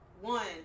one